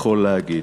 יכול להגיד.